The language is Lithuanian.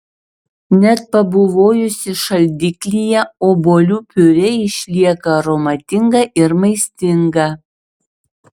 net pabuvojusi šaldiklyje obuolių piurė išlieka aromatinga ir maistinga